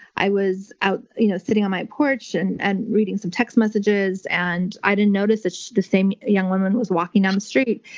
i was you know sitting on my porch and and reading some text messages, and i didn't notice that the same young woman was walking down the street,